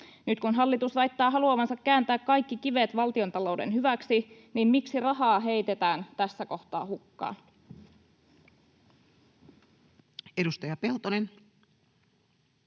Nyt kun hallitus väittää haluavansa kääntää kaikki kivet valtiontalouden hyväksi, niin miksi rahaa heitetään tässä kohtaa hukkaan? Edustaja Peltonen.